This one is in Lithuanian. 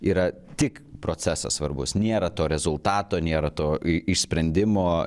yra tik procesas svarbus nėra to rezultato nėra to išsprendimo